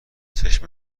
چشم